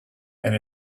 and